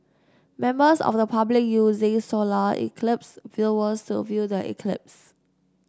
members of the public using solar eclipse viewers to view the eclipse